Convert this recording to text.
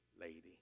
lady